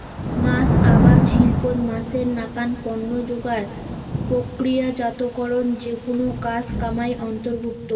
মাছ আবাদ শিল্পত মাছের নাকান পণ্য যোগার, প্রক্রিয়াজাতকরণ যেকুনো কাজ কামাই অন্তর্ভুক্ত